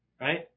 Right